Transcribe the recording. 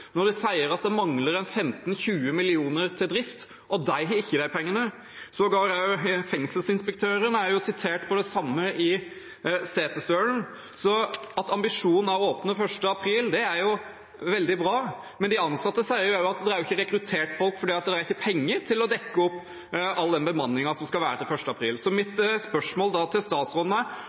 når de sier at det mangler ca. 15–20 mill. kr til drift, og at de ikke har de pengene? Sågar fengselsinspektøren er sitert på det samme i Setesdølen. Ambisjonen om å åpne den 1. april er veldig bra, men de ansatte sier også at det ikke er rekruttert folk, fordi det ikke er penger til å dekke opp all den bemanningen som skal være der 1. april. Så mitt spørsmål til statsråden er: